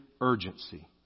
urgency